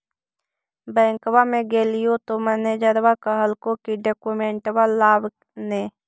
बैंकवा मे गेलिओ तौ मैनेजरवा कहलको कि डोकमेनटवा लाव ने?